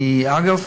אגב,